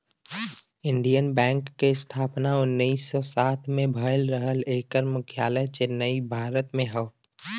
Indian Bank क स्थापना उन्नीस सौ सात में भयल रहल एकर मुख्यालय चेन्नई, भारत में हौ